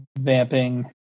Vamping